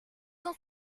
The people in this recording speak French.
cent